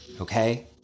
Okay